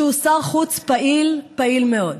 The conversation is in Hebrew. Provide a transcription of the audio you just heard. שהוא שר חוץ פעיל, פעיל מאוד.